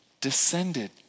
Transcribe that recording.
descended